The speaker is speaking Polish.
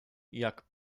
jak